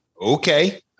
okay